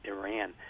Iran